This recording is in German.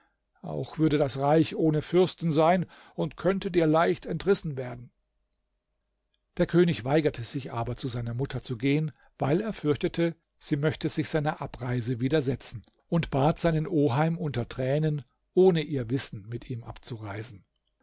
auch würde das reich ohne fürsten sein und könnte dir leicht entrissen werden der könig weigerte sich aber zu seiner mutter zu gehen weil er fürchtete sie möchte sich seiner abreise widersetzen und bat seinen oheim unter tränen ohne ihr wissen mit ihm abzureisen